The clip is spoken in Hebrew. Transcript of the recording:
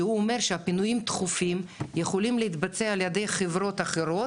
שהוא אומר שפינויים דחופים יכולים להתבצע על ידי חברות אחרות,